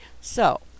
So